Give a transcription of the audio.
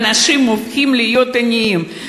אנשים הפכו להיות עניים,